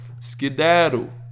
Skedaddle